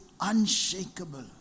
unshakable